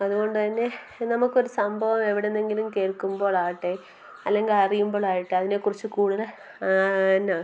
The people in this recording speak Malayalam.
അതുകൊണ്ട് തന്നെ നമുക്കൊരു സംഭവം എവിടെ നിന്നെങ്കിലും കേൾക്കുമ്പോൾ ആവട്ടെ അല്ലെങ്കിൽ അറിയുമ്പോഴാകട്ടെ അതിനെ കുറിച്ച് കൂടുതൽ